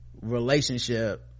relationship